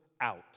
out